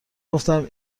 گفتم